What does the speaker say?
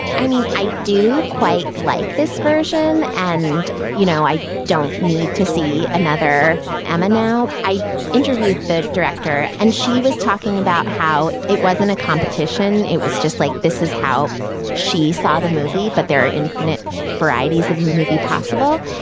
i mean, i do quite like this version. and, you know, i don't need to see another emma now. i interviewed the director and she was talking about how it wasn't a competition. it was just like this is how she saw the movie. but there are infinite varieties of the movie possible.